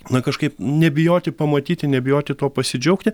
na kažkaip nebijoti pamatyti nebijoti tuo pasidžiaugti